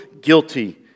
guilty